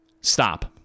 stop